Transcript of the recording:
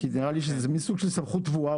כי נראה לי שזו מין סוג של סמכות טבועה.